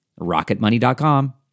rocketmoney.com